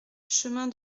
chemin